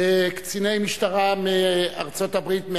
קציני משטרה מארצות-הברית,